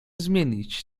zmienić